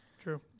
True